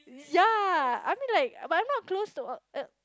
ya I mean like but I'm not close to ugh ugh